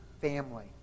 family